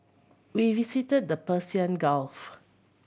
we visited the Persian Gulf